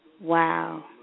Wow